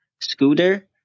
scooter